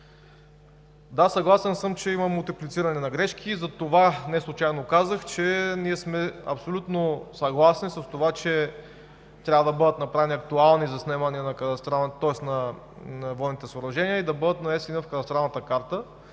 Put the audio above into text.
Да, съгласен съм, че има мултиплициране на грешки. Затова неслучайно казах, че ние сме абсолютно съгласни, че трябва да бъдат направени актуални заснемания на водните съоръжения и да бъдат нанесени в кадастралната карта